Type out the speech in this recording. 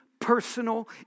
personal